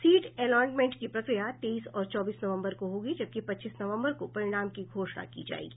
seat allotment की प्रक्रिया तेईस और चौबीस नवम्बर को होगी जबकि पच्चीस नवम्बर को परिणाम की घोषणा की जायेगी